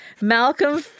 Malcolm